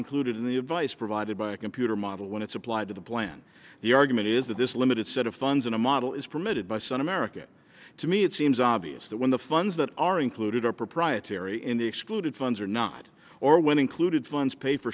included in the advice provided by a computer model when it's applied to the plan the argument is that this limited set of funds in a model is permitted by some american to me it seems obvious that when the funds that are included are proprietary in the excluded funds or not or when included funds pay for